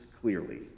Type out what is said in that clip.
clearly